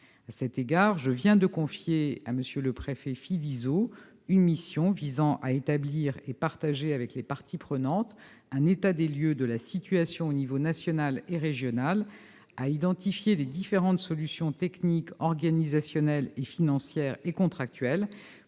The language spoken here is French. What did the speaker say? À cet égard, je viens de confier à M. le préfet Philizot une mission visant à établir et partager avec les parties prenantes un état des lieux de la situation aux niveaux national et régional, à identifier les différentes solutions techniques, organisationnelles, financières et contractuelles